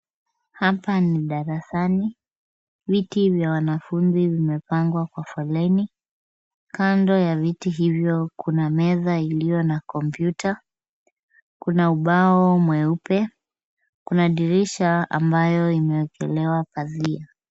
Hapa ni darasani. Viti vya wanafunzi vimepangwa kwa foleni. Kando ya viti hivyo kuna meza iliyo na kompyuta. Kuna ubao mweupe. Kuna dirisha ambayo imewekelewa pazia.